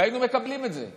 והיינו מקבלים את זה.